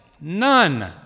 None